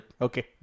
Okay